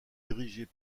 dirigés